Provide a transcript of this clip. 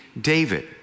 David